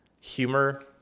humor